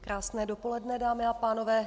Krásné dopoledne, dámy a pánové.